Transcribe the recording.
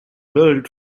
built